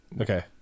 Okay